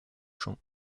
chant